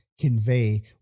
convey